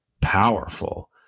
powerful